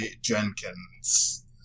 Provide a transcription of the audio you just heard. jenkins